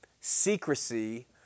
secrecy